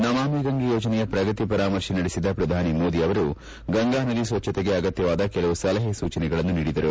ನಮಾಮಿ ಗಂಗೆ ಯೋಜನೆಯ ಪ್ರಗತಿ ಪರಾಮರ್ಶೆ ನಡೆಸಿದ ಪ್ರಧಾನಿ ಮೋದಿ ಅವರು ಗಂಗಾ ನದಿ ಸ್ವಚ್ಚತೆಗೆ ಅಗತ್ನವಾದ ಕೆಲವು ಸಲಹೆ ಸೂಚನೆಗಳನ್ನು ನೀಡಿದರು